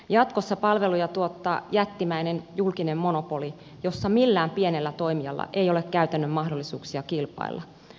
jatkossa palveluja tuottaa jättimäinen julkinen monopoli jossa millään pienellä toimijalla ei ole käytännön mahdollisuuksia kilpailla